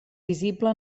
visible